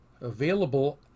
available